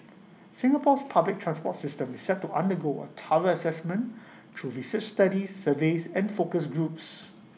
Singapore's public transport system is set to undergo A Assessment through research studies surveys and focus groups